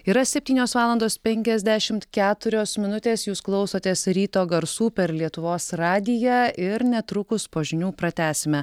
yra septynios valandos penkiasdešimt keturios minutės jūs klausotės ryto garsų per lietuvos radiją ir netrukus po žinių pratęsime